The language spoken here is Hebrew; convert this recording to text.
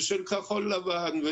ושל כחול לבן,